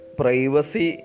privacy